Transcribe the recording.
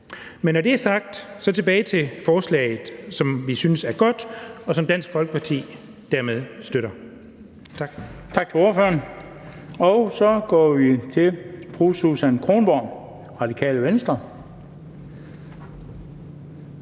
når det er sagt, vil jeg vende tilbage til forslaget, som vi synes er godt, og som Dansk Folkeparti dermed støtter.